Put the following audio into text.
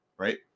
Right